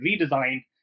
redesigned